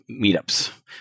meetups